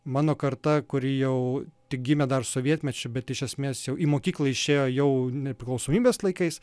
mano karta kuri jau tik gimė dar sovietmečiu bet iš esmės jau į mokyklą išėjo jau nepriklausomybės laikais